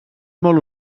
molt